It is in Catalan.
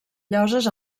lloses